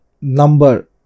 number